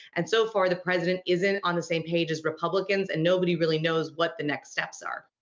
and so far, the president isn't on the same page as republicans. and nobody really knows what the next steps are.